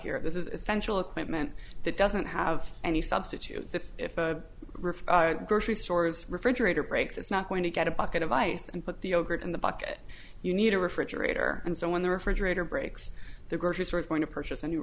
essential equipment that doesn't have any substitutes that if a rich grocery stores refrigerator breaks it's not going to get a bucket of ice and put the ogre in the bucket you need a refrigerator and so when the refrigerator breaks the grocery store is going to purchase a new